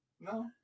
No